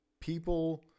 people